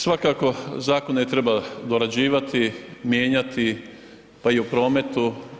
Svakako zakone treba dorađivati, mijenjati, pa i o prometu.